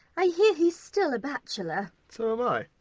i hear he's still a bachelor! so am i.